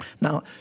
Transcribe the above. Now